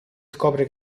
scopre